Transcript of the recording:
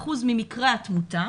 ממקרי התמותה.